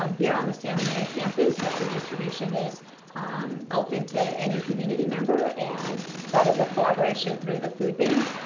um here on the santa maria campus, the food distribution is open to any community member, and that is a collaboration through the food bank.